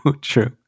true